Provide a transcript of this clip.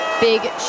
big